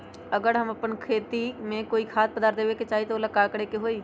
अगर हम अपना खेती में कोइ खाद्य पदार्थ देबे के चाही त वो ला का करे के होई?